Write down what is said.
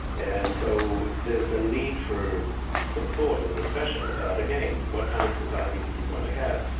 and so there's a need for some thought and discussion about again what kind of society do we want to have?